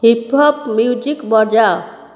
hip hop music ବଜାଅ